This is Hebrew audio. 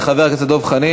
תודה לחבר הכנסת דב חנין.